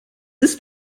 ist